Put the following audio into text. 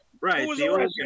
Right